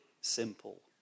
simple